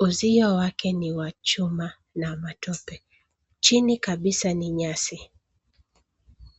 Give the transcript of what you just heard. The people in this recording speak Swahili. Uzio wake ni wa chuma na matope. Chini kabisa ni nyasi.